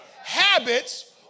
habits